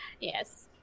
Yes